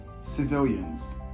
civilians